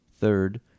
Third